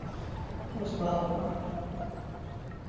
post ᱵᱟᱲᱟᱣ ᱠᱟᱜᱼᱟ